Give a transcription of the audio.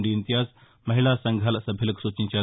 D Imtiaz మహిళా సంఘాల సభ్యులకు సూచించారు